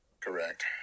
Correct